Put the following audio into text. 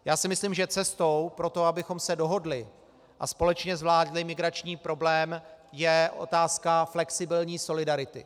Já si myslím, že cestou pro to, abychom se dohodli a společně zvládli migrační problém, je otázka flexibilní solidarity.